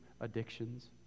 addictions